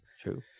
True